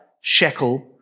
shekel